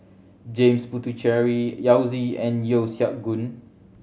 James Puthucheary Yao Zi and Yeo Siak Goon